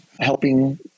helping